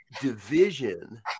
division